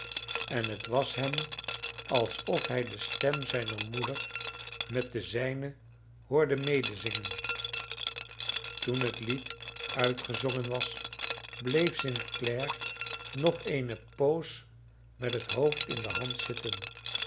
en het was hem alsof hij de stem zijner moeder met de zijne hoorde medezingen toen het lied uitgezongen was bleef st clare nog eene poos met het hoofd in de hand zitten